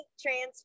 transfer